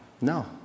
No